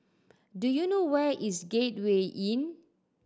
do you know where is Gateway Inn